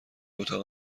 اتاق